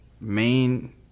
Main